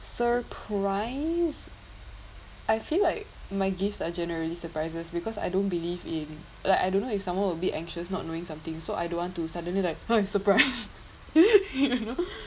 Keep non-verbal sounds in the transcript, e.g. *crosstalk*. surprise I feel like my gifts are generally surprises because I don't believe in like I don't know if someone will be anxious not knowing something so I don't want to suddenly like !hey! surprise *laughs* you know